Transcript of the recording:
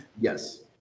Yes